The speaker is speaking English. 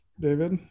David